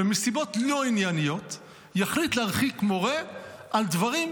ומסיבות לא ענייניות יחליט להרחיק מורה על דברים,